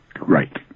Right